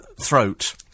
throat